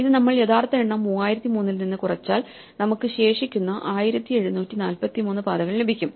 ഇത് നമ്മൾ യഥാർത്ഥ എണ്ണം 3003 ൽ നിന്ന് കുറച്ചാൽ നമുക്ക് ശേഷിക്കുന്ന 1743 പാതകൾ ലഭിക്കും